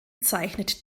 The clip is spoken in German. zeichnet